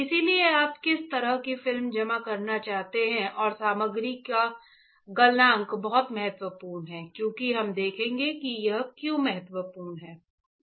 इसलिए आप किस तरह की फिल्म जमा करना चाहते हैं और सामग्री का गलनांक बहुत महत्वपूर्ण है क्योंकि हम देखेंगे कि यह क्यों महत्वपूर्ण है